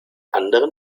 anderen